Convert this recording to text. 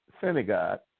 synagogue